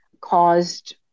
caused